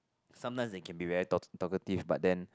sometimes they can be very talk talkative but then